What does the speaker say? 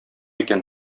икән